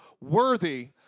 worthy